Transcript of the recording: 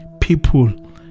people